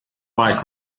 bike